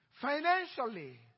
financially